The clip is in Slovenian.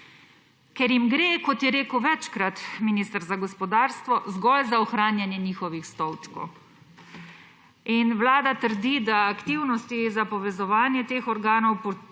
ker jim gre, kot je rekel večkrat minister za gospodarstvo, zgolj za ohranjanje njihovih stolčkov. Vlada trdi, da aktivnosti za povezovanje teh organov